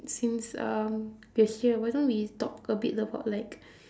since um we're here why don't we talk a bit about like